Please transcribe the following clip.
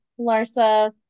Larsa